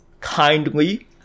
kindly